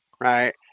Right